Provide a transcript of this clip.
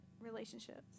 relationships